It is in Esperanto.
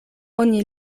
oni